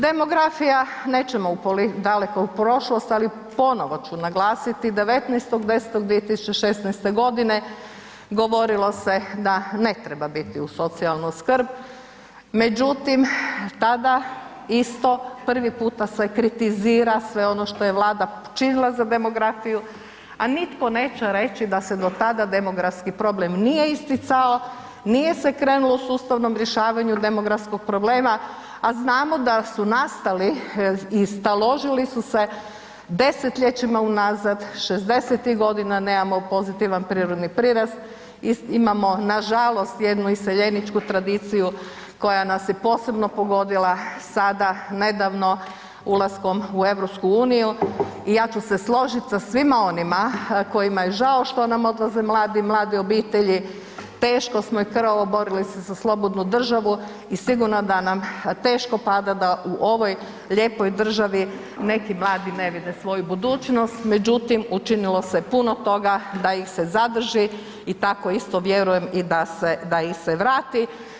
Demografija, nećemo daleko u prošlost ali ponovo ću naglasiti, 19. 10. 2016. g. govorilo se da ne treba biti uz socijalnu skrb, međutim tada isto prvi puta se kritizira sve ono što je Vlada učinila za demografiju a nitko neće reći da se do tada demografski problem nije isticao, nije se krenulo u sustavnom rješavanju demografskog problema a znamo da su nastali i staložili su se desetljećima unazad, 60-ih godina nemamo pozitivni prirodni prirast, imamo nažalost jednu iseljeničku tradiciju koja nas je posebno pogodila sada nedavno ulaskom u EU, i ja ću se složit sa svima onima kojima je žao što nam odlaze mladi i mlade obitelji, teško smo i krvavo borili se za slobodnu državu i sigurno da nam teško pada da u ovoj lijepoj državi neki mladi ne vide svoju budućnost međutim učinilo se puno toga da ih zadrži i tako isto vjerujem i da ih se vrati.